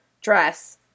dress